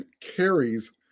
carries